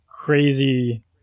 crazy